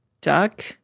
duck